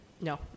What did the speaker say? No